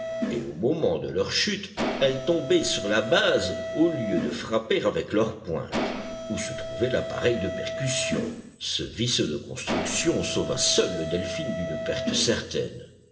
et au moment de leur chute elles tombaient sur la base au lieu de frapper avec leur pointe où se trouvait l'appareil de percussion ce vice de construction sauva seul le delphin d'une perte certaine